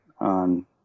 on